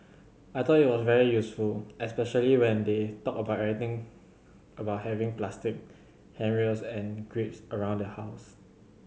I thought it was very useful especially when they talked about everything about having plastic handrails and grips around the house